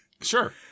Sure